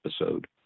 episode